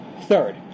Third